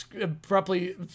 Abruptly